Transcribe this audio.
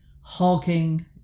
hulking